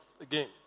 again